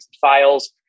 files